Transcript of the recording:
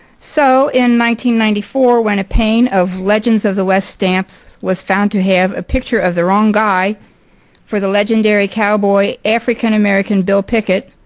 so ninety ninety four when a pane of legends of the west stamp was found to have a picture of the wrong guy for the legendary cowboy african american bill pickett,